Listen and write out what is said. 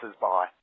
bye